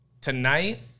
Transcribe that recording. Tonight